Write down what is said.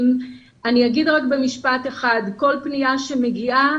אני אומר במשפט אחד שכל פנייה שמגיעה,